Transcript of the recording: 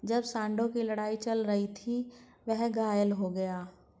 जब सांडों की लड़ाई चल रही थी, वह घायल हो गया